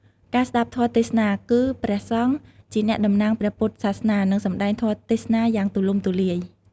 ការស្ដាប់ធម៌ទេសនា គឺព្រះសង្ឃជាអ្នកតំណាងព្រះពុទ្ធសាសនា នឹងសម្ដែងធម៌ទេសនាយ៉ាងទូលំទូលាយ។